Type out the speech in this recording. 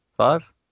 Five